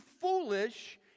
foolish